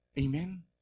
Amen